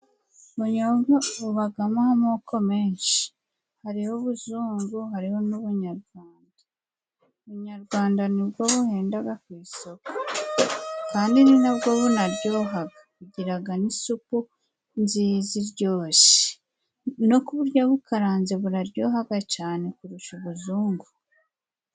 Ubunyobwa bubagamo amoko menshi hariho ubuzungu hariho n'ubunyarwanda. Ubunyarwanda nibwo buhendaga ku isoko kandi ninabwo bunaryohaga bugiraga n'isupu nziza iryoshe no kuburya bukaranze buraryoga cane kurusha ubuzungu.